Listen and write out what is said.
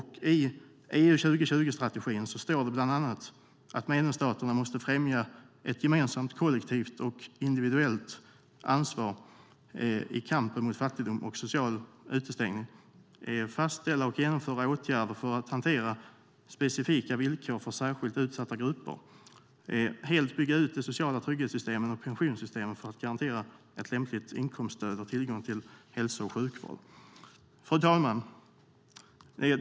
I EU 2020-strategin står det bland annat att medlemsstaterna måste främja ett gemensamt kollektivt och individuellt ansvar i kampen mot fattigdom och social utestängning, fastställa och genomföra åtgärder för att hantera specifika villkor för särskilt utsatta grupper och helt bygga ut de sociala trygghetssystemen och pensionssystemen för att garantera ett lämpligt inkomststöd och tillgång till hälso och sjukvård. Fru talman!